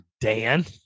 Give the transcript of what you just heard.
Dan